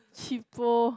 cheapo